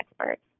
experts